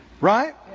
Right